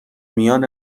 میان